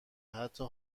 حتا